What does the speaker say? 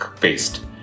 paste